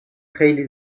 خیلی